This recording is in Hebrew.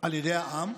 על ידי העם,